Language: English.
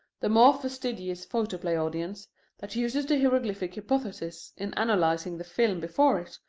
the more fastidious photoplay audience that uses the hieroglyphic hypothesis in analyzing the film before it,